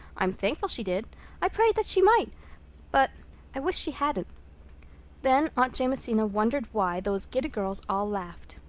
i'm thankful she did i prayed that she might but i wish she hadn't. then aunt jamesina wondered why those giddy girls all laughed.